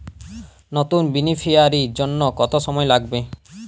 নতুন বেনিফিসিয়ারি জন্য কত সময় লাগবে?